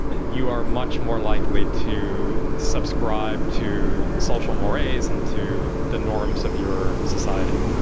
you are much more likely to subscribe to social mores and to the norms of your society.